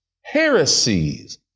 heresies